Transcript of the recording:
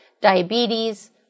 diabetes